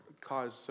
cause